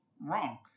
wrong